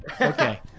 okay